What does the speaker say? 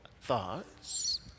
thoughts